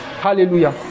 Hallelujah